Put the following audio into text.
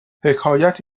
حکایت